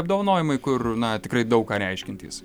apdovanojimai kur na tikrai daug ką reiškiantys